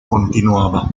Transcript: continuaba